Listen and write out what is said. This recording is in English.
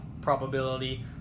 probability